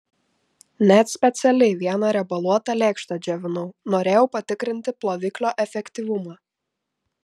net specialiai vieną riebaluotą lėkštę džiovinau norėjau patikrinti ploviklio efektyvumą